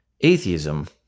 Atheism